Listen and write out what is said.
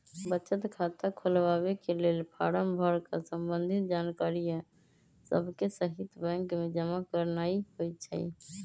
बचत खता खोलबाके लेल फारम भर कऽ संबंधित जानकारिय सभके सहिते बैंक में जमा करनाइ होइ छइ